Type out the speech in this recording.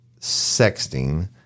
sexting